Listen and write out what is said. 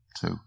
two